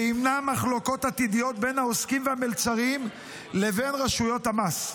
וימנע מחלוקות עתידיות בין העוסקים והמלצרים לבין רשויות המס.